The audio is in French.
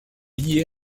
lié